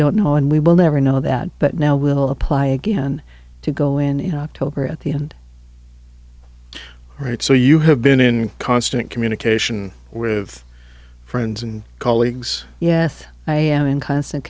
don't know and we will never know that but now will apply again to go in october at the end right so you have been in constant communication with friends and colleagues yes i am in c